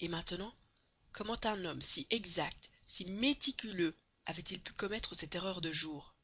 et maintenant comment un homme si exact si méticuleux avait-il pu commettre cette erreur de jour